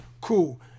Cool